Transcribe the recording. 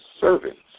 servants